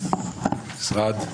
כ"א באדר,